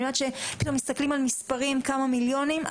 מסתכלים על מספרים כמה מיליונים,